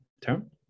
term